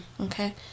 Okay